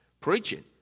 preaching